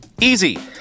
Easy